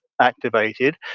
activated